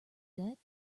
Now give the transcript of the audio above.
debt